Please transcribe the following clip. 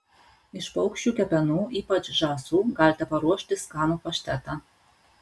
iš paukščių kepenų ypač žąsų galite paruošti skanų paštetą